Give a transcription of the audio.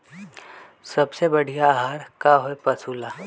सबसे बढ़िया आहार का होई पशु ला?